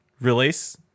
release